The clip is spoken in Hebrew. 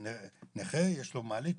נכה, יש לו מעלית.